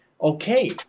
okay